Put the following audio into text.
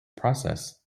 process